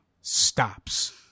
stops